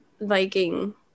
Viking